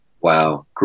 wow